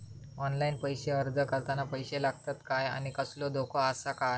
Online अर्ज करताना पैशे लागतत काय आनी कसलो धोको आसा काय?